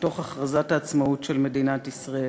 מתוך הכרזת העצמאות של מדינת ישראל.